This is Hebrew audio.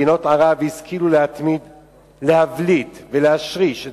מדינות ערב השכילו להבליט ולהשריש את